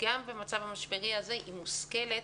גם במצב המשבר הזה, היא מושכלת,